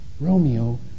Romeo